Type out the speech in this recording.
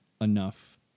enough